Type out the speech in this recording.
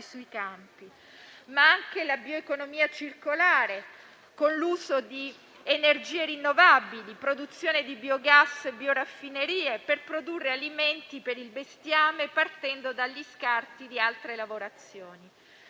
sui campi, ma anche la bioeconomia circolare, con l'uso di energie rinnovabili, produzione di biogas e bioraffinerie, per produrre alimenti per il bestiame partendo dagli scarti di altre lavorazioni.